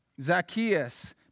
Zacchaeus